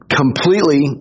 completely